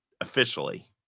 officially